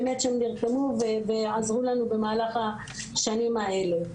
באמת שנרתמו ועזרו לנו במהלך השנים האלה.